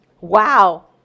wow